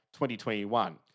2021